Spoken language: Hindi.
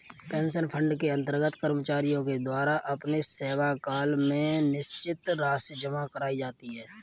पेंशन फंड के अंतर्गत कर्मचारियों के द्वारा अपने सेवाकाल में निश्चित राशि जमा कराई जाती है